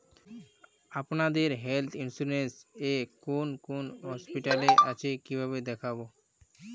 আপনাদের health insurance এ কোন কোন হসপিটাল আছে কিভাবে দেখবো?